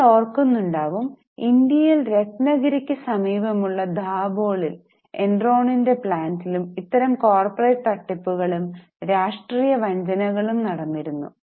നിങ്ങൾ ഓർക്കുന്നുണ്ടാവും ഇന്ത്യയിൽ രത്നഗിരിക്ക് സമീപമുള്ള ദാബോളിൽ എൻറോണിന്റെ പ്ലാന്റിലും ഇത്തരം കോർപ്പറേറ്റ് തട്ടിപ്പുകളും രാഷ്ട്രീയ വഞ്ചനയും നടന്നിരുന്നു